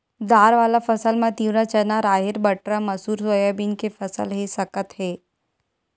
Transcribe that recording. दार वाला फसल म तिंवरा, चना, राहेर, बटरा, मसूर, सोयाबीन के फसल ले सकत हे